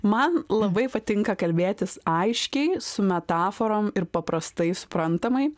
man labai patinka kalbėtis aiškiai su metaforom ir paprastai suprantamai